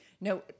No